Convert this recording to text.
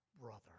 Brother